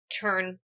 turn